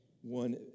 one